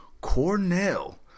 Cornell